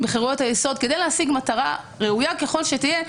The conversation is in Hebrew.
בחירויות היסוד כדי להשיג מטרה ראויה ככל שתהיה,